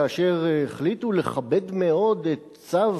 כאשר החליטו לכבד מאוד את צו